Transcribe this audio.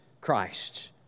Christ